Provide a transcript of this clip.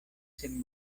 sen